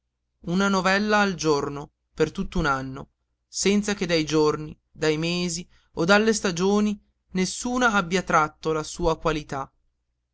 una novella al giorno per tutt'un anno senza che dai giorni dai mesi o dalle stagioni nessuna abbia tratto la sua qualità